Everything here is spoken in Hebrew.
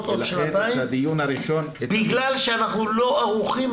לעוד שנתיים בגלל שאנחנו לא ערוכים,